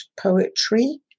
poetry